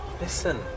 Listen